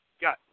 got